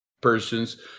persons